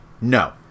No